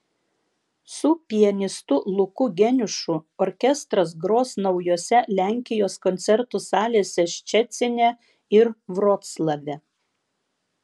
su pianistu luku geniušu orkestras gros naujose lenkijos koncertų salėse ščecine ir vroclave